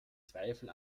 zweifel